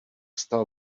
stal